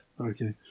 Okay